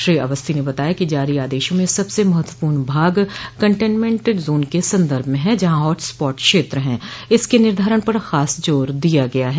श्री अवस्थी ने बताया कि जारी आदेशों में सबसे महत्वपूर्ण भाग कन्टेनमेन्ट जोन के संदर्भ में है जहाँ हॉट स्पाट क्षेत्र है उसके निर्धारण पर खास जोर दिया गया है